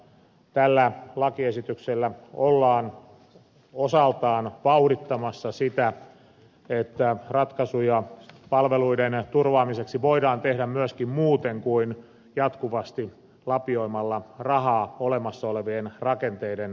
tällä lakiesityksellä ollaan osaltaan vauhdittamassa sitä että ratkaisuja palveluiden turvaamiseksi voidaan tehdä myöskin muuten kuin jatkuvasti lapioimalla rahaa olemassa olevien rakenteiden päälle